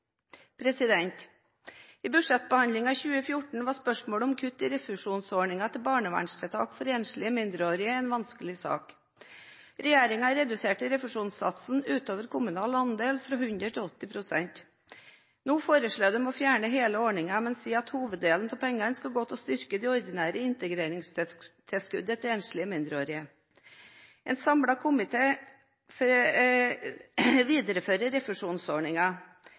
I budsjettbehandlingen for 2014 var spørsmålet om kutt i refusjonsordningen til barnevernstiltak for enslige mindreårige asylsøkere en vanskelig sak. Regjeringen reduserte refusjonssatsen utover kommunal egenandel fra 100 til 80 pst. Nå foreslår den å fjerne hele ordningen, men sier at hoveddelen av pengene skal gå til å styrke det ordinære integreringstilskuddet for enslige mindreårige asylsøkere. En